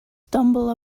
stumbled